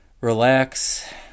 relax